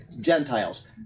Gentiles